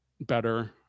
better